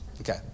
okay